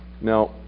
Now